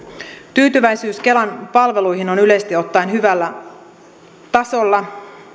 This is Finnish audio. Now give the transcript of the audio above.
tyytyväisyys kelan palveluihin on yleisesti ottaen hyvällä tasolla